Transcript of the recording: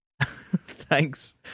Thanks